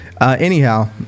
Anyhow